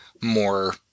more